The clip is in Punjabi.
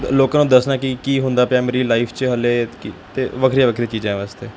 ਲੋਕਾਂ ਨੂੰ ਦੱਸਣਾ ਕਿ ਕੀ ਹੁੰਦਾ ਪਿਆ ਮੇਰੀ ਲਾਈਫ 'ਚ ਹਜੇ ਅਤੇ ਵੱਖਰੀਆਂ ਵੱਖਰੀਆਂ ਚੀਜ਼ਾਂ ਵਾਸਤੇ